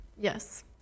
yes